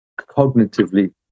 cognitively